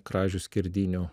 kražių skerdynių